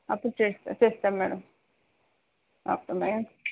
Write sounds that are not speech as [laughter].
అప్పుడు చేస్తాను చేస్తాము మేడం [unintelligible]